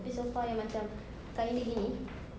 tapi sofa yang macam kain dia gini